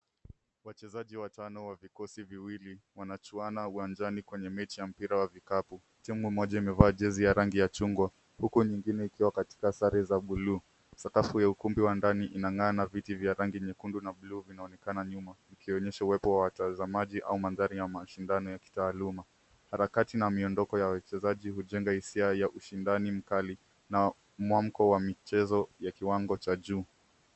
Wachezaji watano wa vikosi viwili wanachuana uwanjani kwenye mechi ya mpira wa vikapu. Timu moja imevaa jezi ya rangi ya chungwa huko nyingine ikiwa katika sare za bluu. Sakafu ya ukumbi wa ndani inang'aa na viti vya rangi nyekundu na bluu inaonekana nyuma ikionyesha uwepo wa watazamaji au mandhari ya mashindano ya kitaaluma. Harakati na miondoko ya wachezaji hujenga hisia ya ushindani mkali na mwamko wa michezo ya kiwango cha juu.